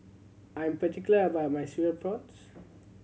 I'm particular about my Cereal Prawns